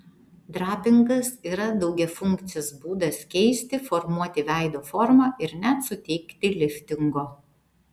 drapingas yra daugiafunkcis būdas keisti formuoti veido formą ir net suteikti liftingo